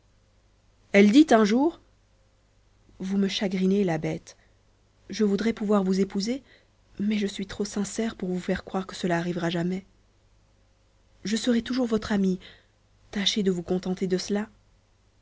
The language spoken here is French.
elle dit un jour vous me chagrinez la bête je voudrais pouvoir vous épouser mais je suis trop sincère pour vous faire croire que cela arrivera jamais je serai toujours votre amie tâchez de vous contenter de cela